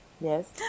yes